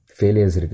failures